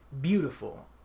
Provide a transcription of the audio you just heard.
Beautiful